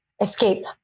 escape